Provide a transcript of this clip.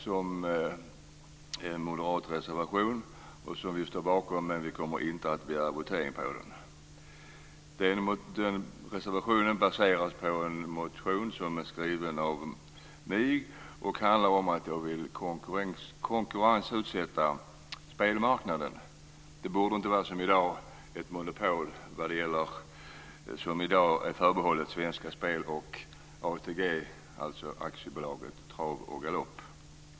Det är en moderat reservation som vi står bakom, men vi kommer inte att begära votering på den. Reservationen är baserad på en motion som är skriven av mig. Den handlar om att jag vill konkurrensutsätta spelmarknaden. Det borde inte som i dag vara ett monopol förbehållet Svenska Spel och ATG, dvs. Aktiebolaget Trav och Galopp.